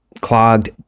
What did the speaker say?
clogged